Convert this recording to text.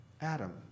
Adam